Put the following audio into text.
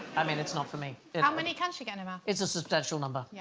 i mean, it's not for me how many can she get in a mouth? it's a substantial number. yeah